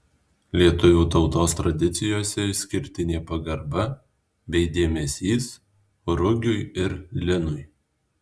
lietuvių tautos tradicijose išskirtinė pagarba bei dėmesys rugiui ir linui